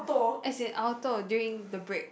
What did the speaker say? as in I will toh during the break